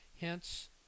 Hence